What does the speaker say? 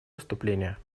выступления